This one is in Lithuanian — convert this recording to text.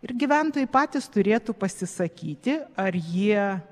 ir gyventojai patys turėtų pasisakyti ar jie